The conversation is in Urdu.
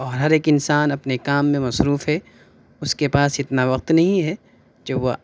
اور ہر ایک انسان اپنے کام میں مصروف ہے اس کے پاس اتنا وقت نہیں ہے جو وہ